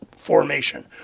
Formation